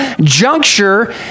juncture